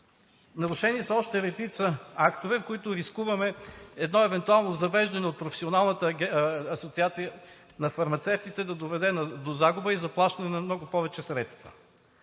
Нарушени са още редица актове, с които рискуваме едно евентуално завеждане от Професионалната асоциация на фармацевтите да доведе до загуба и заплащане на много повече средства.